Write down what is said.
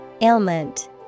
ailment